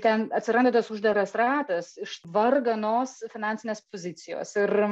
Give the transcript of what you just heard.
ten atsiranda tas uždaras ratas iš varganos finansinės pozicijos ir